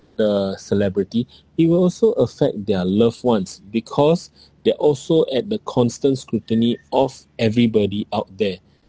the celebrity it will also affect their loved ones because they're also at the constant scrutiny of everybody out there